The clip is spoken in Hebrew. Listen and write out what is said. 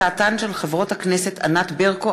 הצעתן של חברות הכנסת ענת ברקו,